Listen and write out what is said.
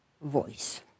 voice